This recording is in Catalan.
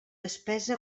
despesa